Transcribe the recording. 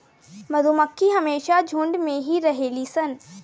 मधुमक्खी हमेशा झुण्ड में ही रहेली सन